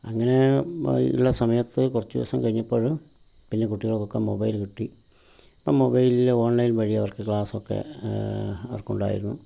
അങ്ങനെ ഉള്ള സമയത്ത് കുറച്ച് ദിവസം കഴിഞ്ഞപ്പോൾ പിന്നെ കുട്ടികൾക്കക്കെ മൊബൈൽ കിട്ടി അപ്പം മൊബൈലിൽ ഓൺലൈൻ വഴിയവർക്ക് ക്ലാസ്സൊക്കെ അവർക്കുണ്ടായിരുന്നു